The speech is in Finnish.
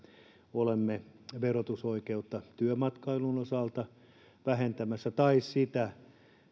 olemme verotusoikeutta työmatkailun osalta vähentämässä tai sitä